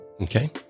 Okay